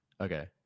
Okay